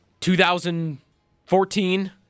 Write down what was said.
2014